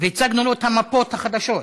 והצגנו לו את המפות החדשות,